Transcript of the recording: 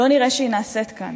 לא נראה שנעשית כאן.